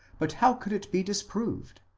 but how could it be dis proved?